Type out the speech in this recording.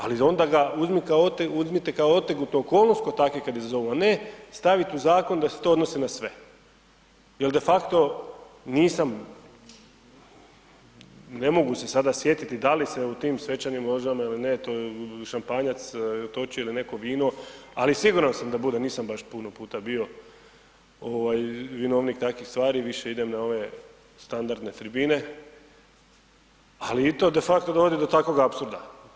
Ali onda ga uzmite kao otegotnu okolnost kao takvi kad izazovu, a ne staviti u zakon da se to odnosi na sve jer de facto nisam, ne mogu se sada sjetiti da li se u tim svečanim ložama ili ne, to je šampanjac toči ili neko vino, ali siguran sam da bude, nisam baš puno puta bio, vinovnik takvih stvari, više idem na ove standardne tribine, ali i to de facto dovodi do takvog apsurda.